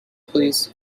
please